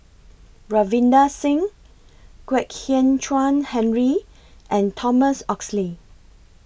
Ravinder Singh Kwek Hian Chuan Henry and Thomas Oxley